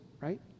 right